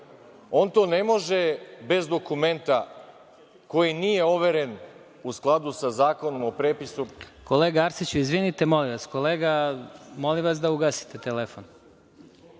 on to ne može bez dokumenta koji nije overen u skladu sa Zakonom o prepisu… **Vladimir Marinković** Kolega Arsiću, izvinite, molim vas. Kolega, molim vas da ugasite telefon.